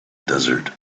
desert